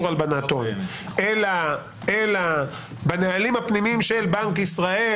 הלבנת הון אלא בנהלים הפנימיים של בנק ישראל,